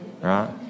right